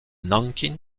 nankin